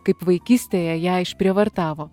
kaip vaikystėje ją išprievartavo